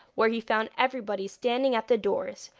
where he found everybody standing at the doors,